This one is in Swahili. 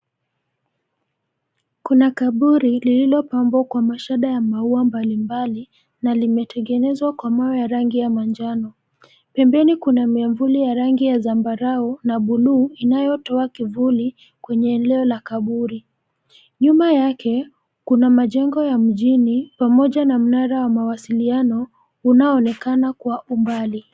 Kuna kaburi lililopambwa kwa mashada ya maua mbalimbali na limetengenezwa kwa mawe ya rangi ya manjano. Pembeni kuna miavuli ya rangi ya zambarau na buluu inayotoa kivuli kwenye eneo la kaburi. Nyuma yake, kuna majengo ya mjini pamoja na mnara wa mawasiliano unaoonekana kwa umbali.